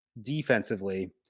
defensively